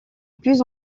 plus